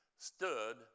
stood